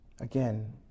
Again